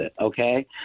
okay